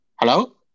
Hello